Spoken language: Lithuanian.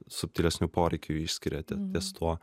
subtilesnių poreikių išskiria ten ties tuo